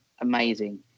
amazing